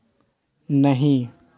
नहीं